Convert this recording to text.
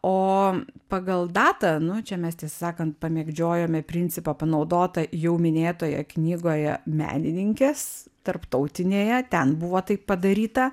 o pagal datą nu čia mes tiesą sakant pamėgdžiojome principą panaudotą jau minėtoje knygoje menininkės tarptautinėje ten buvo taip padaryta